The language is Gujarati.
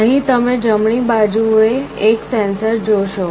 અહીં તમે જમણી બાજુએ એક સેન્સર જોશો